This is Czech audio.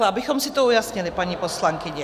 Abychom si to ujasnili, paní poslankyně.